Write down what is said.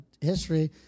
history